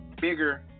bigger